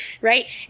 right